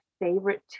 favorite